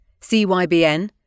CYBN